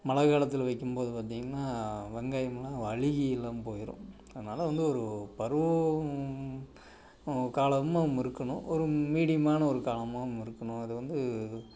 மல காலத்தில் வைக்கும் போது பார்த்தீங்கன்னா வெங்காயமெல்லாம் அழுகி எல்லாம் போகிரும் அதனால வந்து ஒரு பருவம் காலமும் இருக்கணும் ஒரு மீடியமான ஒரு காலமும் இருக்கணும் அது வந்து